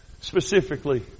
specifically